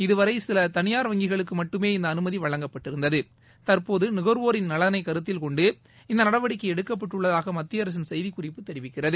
இதுவரை சில தனியார் வங்கிகளுக்கு மட்டுமே இந்த அனுமதி வழங்கப்பட்டிருந்தது தற்போது நுக்வோரின் நலனை கருத்தில் கொண்டு இந்த நடவடிக்கை எடுக்கப்பட்டுள்ளதாக மத்திய அரசின் செய்திக்குறிப்பு தெரிவிக்கிறது